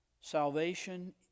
salvation